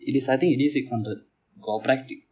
it is I think it is six hundred for practical